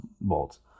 Bolts